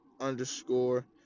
underscore